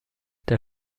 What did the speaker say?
der